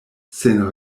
sen